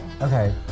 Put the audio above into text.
Okay